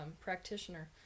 practitioner